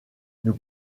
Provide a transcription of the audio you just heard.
nous